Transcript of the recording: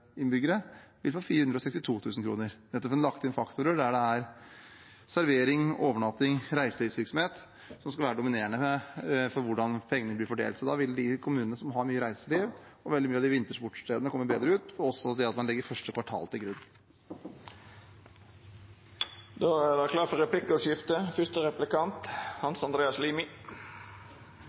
innbyggere, vil få 462 000 kr, fordi man har lagt inn faktorer som gjør at servering, overnatting og reiselivsvirksomhet skal være dominerende for hvordan pengene blir fordelt. Da vil de kommunene som har mye reiseliv, og veldig mange av vintersportsstedene, komme bedre ut – og også det at man legger første kvartal til grunn.